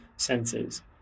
senses